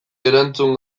erantzun